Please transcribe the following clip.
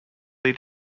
they